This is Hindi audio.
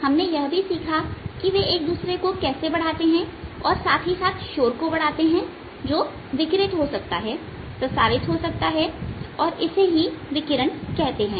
हमने यह भी सीखा कि वे एक दूसरे को कैसे बढ़ाते हैं और शोर को बढ़ाते हैं जो विकिरित हो सकता है प्रसारित हो सकता है और इसे ही विकिरण कहते हैं